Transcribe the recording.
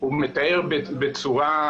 מתאר בצורה,